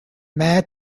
mad